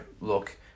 look